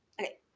Okay